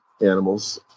animals